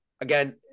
again